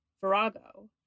virago